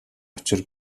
учир